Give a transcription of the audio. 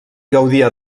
gaudia